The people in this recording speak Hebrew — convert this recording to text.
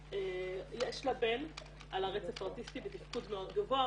יש לה בן על הרצף האוטיסטי בתפקוד מאוד גבוה,